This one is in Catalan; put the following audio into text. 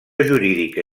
jurídica